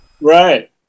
right